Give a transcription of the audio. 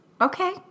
Okay